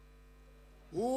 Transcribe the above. שומע.